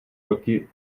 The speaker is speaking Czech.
roky